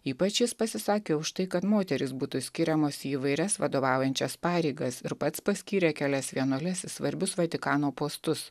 ypač jis pasisakė už tai kad moterys būtų skiriamos į įvairias vadovaujančias pareigas ir pats paskyrė kelias vienuoles į svarbius vatikano postus